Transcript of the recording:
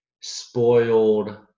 spoiled